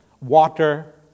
water